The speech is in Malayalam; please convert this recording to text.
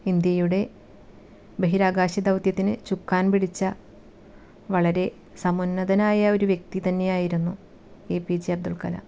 ഇന്ത്യയുടെ ബഹിരാകാശ ദൗത്യത്തിന് ചുക്കാൻ പിടിച്ച വളരെ സമുന്നതനായ ഒരു വ്യക്തി തന്നെയായിരുന്നു A P J Abdul Kalam